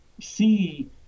see